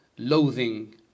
Loathing